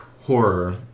horror